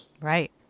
Right